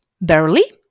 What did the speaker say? Barely